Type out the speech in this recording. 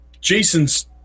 Jason's